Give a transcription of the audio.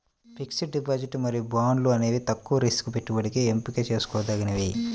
fixed deposit మరియు బాండ్లు అనేవి తక్కువ రిస్క్ పెట్టుబడికి ఎంపిక చేసుకోదగినవి